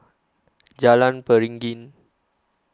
Jalan Beringin